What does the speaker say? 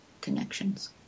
connections